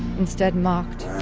instead mocked,